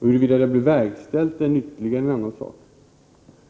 Huruvida Lidboms begäran blev verkställd eller inte är ytterligare en annan sak.